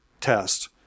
test